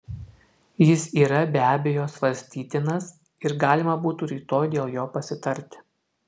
jis yra be abejo svarstytinas ir galima būtų rytoj dėl to pasitarti